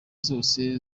zose